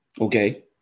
okay